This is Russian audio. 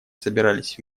собирались